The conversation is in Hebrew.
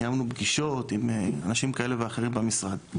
קיימנו פגישות עם אנשים כאלה ואחרים במשרד.